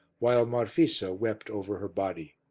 while marfisa wept over her body.